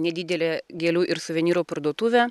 nedidelę gėlių ir suvenyrų parduotuvę